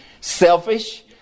selfish